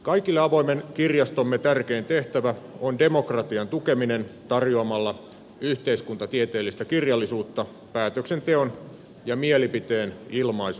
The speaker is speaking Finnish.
kaikille avoimen kirjastomme tärkein tehtävä on demokratian tukeminen tarjoamalla yhteiskuntatieteellistä kirjallisuutta päätöksenteon ja mielipiteen ilmaisun tueksi